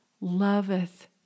loveth